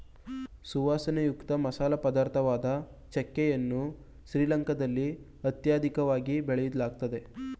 ಸುವಾಸನೆಯುಕ್ತ ಮಸಾಲೆ ಪದಾರ್ಥವಾದ ಚಕ್ಕೆ ಯನ್ನು ಶ್ರೀಲಂಕಾದಲ್ಲಿ ಅತ್ಯಧಿಕವಾಗಿ ಬೆಳೆಯಲಾಗ್ತದೆ